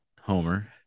Homer